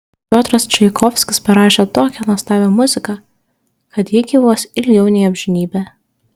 piotras čaikovskis parašė tokią nuostabią muziką kad ji gyvuos ilgiau nei amžinybę